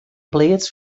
pleats